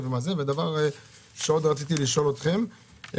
ושאלה נוספת,